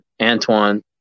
Antoine